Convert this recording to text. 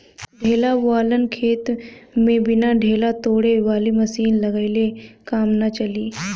ढेला वालन खेत में बिना ढेला तोड़े वाली मशीन लगइले काम नाइ चली